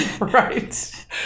Right